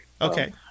Okay